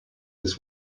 this